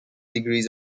degrees